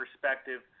perspective